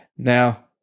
Now